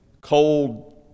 cold